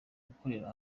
gukorera